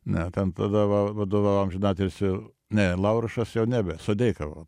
ne ten tada va vadovavo amžinatilsį ne laurušas jau nebe sodeika va